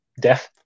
Death